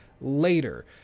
later